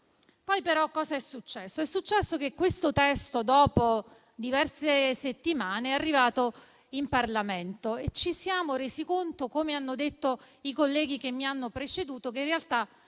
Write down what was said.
poi però cosa è successo? È successo che questo testo, dopo diverse settimane, è arrivato in Parlamento e ci siamo resi conto, come hanno detto i colleghi che mi hanno preceduta, che in realtà